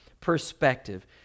perspective